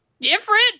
different